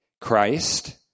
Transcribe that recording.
Christ